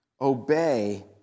Obey